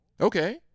okay